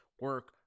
Work